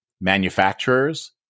manufacturers